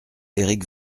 éric